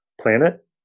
planet